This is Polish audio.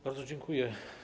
Bardzo dziękuję.